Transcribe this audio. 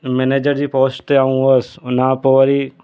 manager जी post ते आउं हुयसि हुन खां पोइ वरी